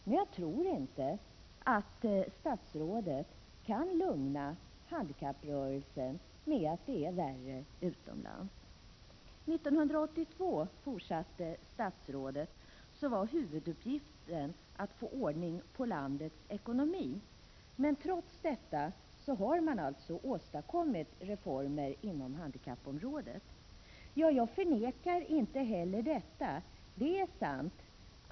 Men jag tror inte att statsrådet kan lugna handikapprörelsen med att det är värre utomlands. 1982, fortsatte statsrådet, var huvuduppgiften att få ordning på landets ekonomi, men trots detta har man alltså åstadkommit reformer inom handikappområdet. Ja, jag förnekar inte heller detta. Det är sant.